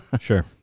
Sure